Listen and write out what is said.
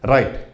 Right